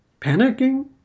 panicking